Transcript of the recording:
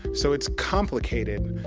so it's complicated.